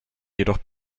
jedoch